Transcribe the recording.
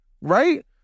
right